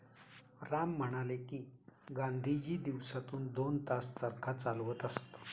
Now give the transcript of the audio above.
राम म्हणाले की, गांधीजी दिवसातून दोन तास चरखा चालवत असत